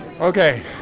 Okay